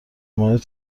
مورد